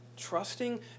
trusting